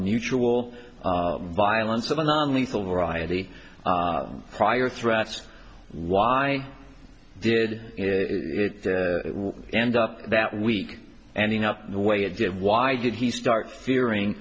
mutual violence of a non lethal variety of prior threats why did it end up that week ending up the way it did why did he start fearing